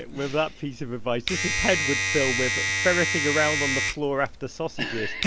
with that piece of advice. just his head would fill with ferreting around on the floor after sausages.